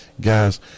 guys